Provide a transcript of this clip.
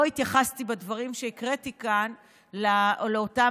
לא התייחסתי בדברים שהקראתי כאן לאותה